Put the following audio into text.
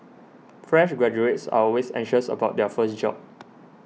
fresh graduates are always anxious about their first job